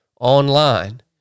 online